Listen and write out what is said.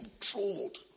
controlled